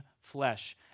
flesh